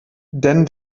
denn